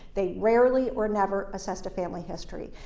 they rarely or never assessed a family history.